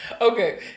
Okay